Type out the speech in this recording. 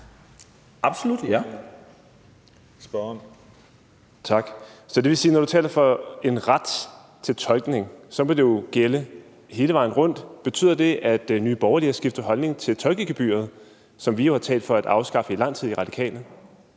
(RV): Tak. Så det vil sige, at når du taler om en ret til tolkning, vil det gælde hele vejen rundt, og betyder det, at Nye Borgerlige har skiftet holdning til tolkegebyret, som vi jo har talt for at afskaffe i lang tid hos De Radikale?